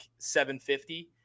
750